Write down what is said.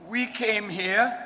we came here